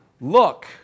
look